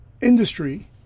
industry